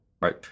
right